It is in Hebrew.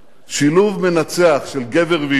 שילוב מנצח של גבר ואשה,